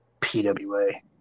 PWA